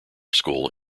school